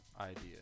idea